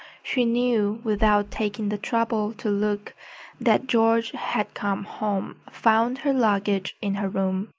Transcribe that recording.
she knew without taking the trouble to look that george had come home, found her luggage in her room,